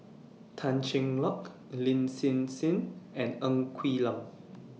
Tan Cheng Lock Lin Hsin Hsin and Ng Quee Lam